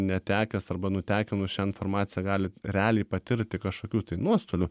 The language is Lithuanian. netekęs arba nutekinus šią informaciją gali realiai patirti kažkokių nuostolių